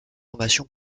formation